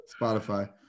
Spotify